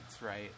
right